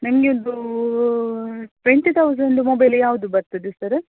ನನಗೆ ಒಂದು twenty thousand mobile ಯಾವುದು ಬರ್ತದೆ ಸರ